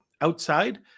outside